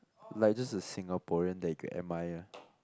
like just a Singaporean that you could admire